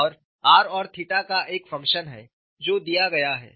और r और theta का एक फंक्शन है जो दिया गया है